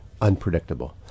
unpredictable